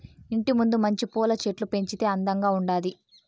ఇంటి ముందు మంచి పూల చెట్లు పెంచితే అందంగా ఉండాది